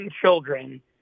children